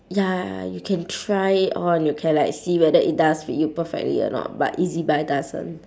ya you can try it on you can like see whether it does fits you perfectly or not but E_Z buy doesn't